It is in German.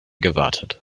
gewartet